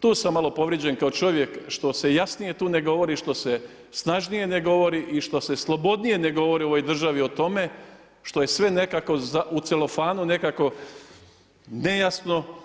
tu sam malo povrijeđen kao čovjek što se jasnije tu ne govori, što se snažnije ne govori i što se slobodnije ne govori u ovoj državi o tome, što je sve nekako u celofanu nekako, nejasno.